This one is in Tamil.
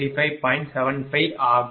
75 ஆகும்